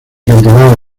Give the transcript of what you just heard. cantidad